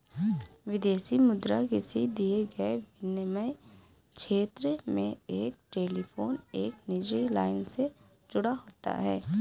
विदेशी मुद्रा किसी दिए गए विनिमय क्षेत्र में एक टेलीफोन एक निजी लाइन से जुड़ा होता है